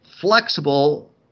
flexible